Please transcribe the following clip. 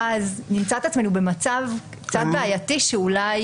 ואז נמצא את עצמנו במצב קצת בעייתי שאולי